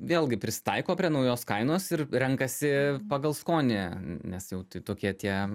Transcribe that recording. vėlgi prisitaiko prie naujos kainos ir renkasi pagal skonį nes jau tai tokie tie